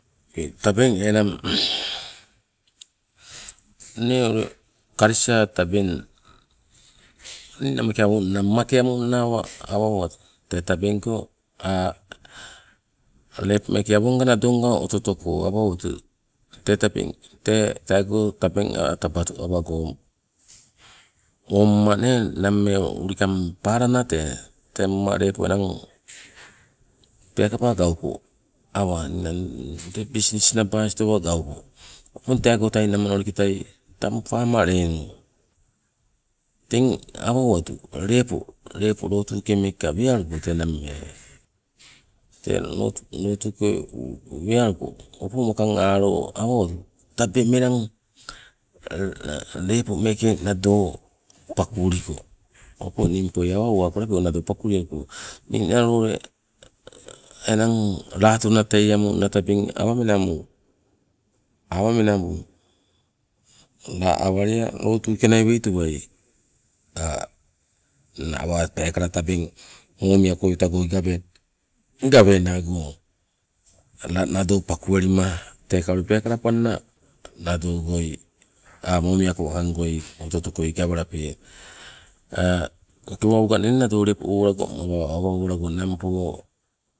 Okei tabeng enang inne ule kalesa tabeng ummake amungna awa owatu tee tabengko lepo meeke awonga nadonga oto otoko awa oto tee tabeng tee teego tabeng tabatu awago o umma nee nammee ulikang palana tee. Umma lepo enang peekaba gauko awa ninang business naba stoa gauko opong teegoitai namanoliketai tang farmer lenu, teng awa owatu lepo, lepo lotuke meeke wealuko tee nammee teng lotuke wealuko opong wakang alo awa owatu tabeng melang lepo meeke nado pakulikong opong ningpoi awa owako o lapi nado pakulialuko. Eng ninalo ule enang latona tei amungna tabeng awa menamu, awa menamu la awalea lotuke nai weitowai la awa peekala tabeng momiako goi uta goi gaweenago la nado pakuwelima teka ule peekala panna nadogoi, ah momiako wakang goi oto oto koi gawalape. tewaloga nado owala gong ninang po.